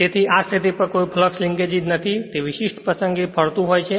તેથી આ સ્થિતી પર કોઈ ફ્લક્સ લિન્કેજ નથી કે તે વિશિષ્ટ પ્રસંગે તે ફરતું હોય છે